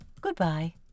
Goodbye